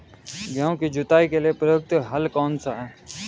गेहूँ की जुताई के लिए प्रयुक्त हल कौनसा है?